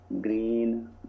green